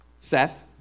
Seth